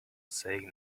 saying